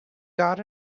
got